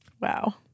Wow